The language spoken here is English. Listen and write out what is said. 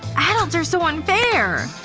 adults are so unfair.